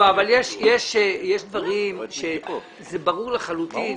יש דברים שזה ברור לחלוטין,